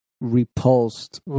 repulsed